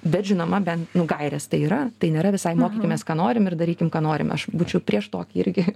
bet žinoma bent nu gairės tai yra tai nėra visai mokykimės ką norim ir darykim ką norim aš būčiau prieš tokį irgi